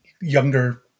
younger